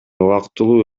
убактылуу